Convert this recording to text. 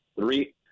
Three